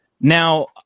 Now